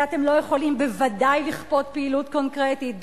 ואתם לא יכולים בוודאי לכפות פעילות קונקרטית,